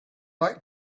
like